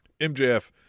mjf